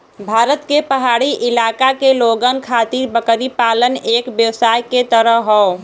भारत के पहाड़ी इलाका के लोगन खातिर बकरी पालन एक व्यवसाय के तरह हौ